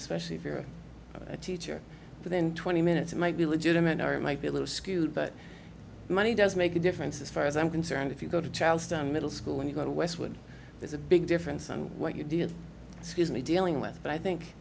especially if you're a teacher within twenty minutes it might be legitimate or it might be a little skewed but the money does make a difference as far as i'm concerned if you go to charleston middle school when you go to westwood there's a big difference on what you did scuse me dealing with but i think